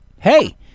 hey